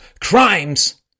crimes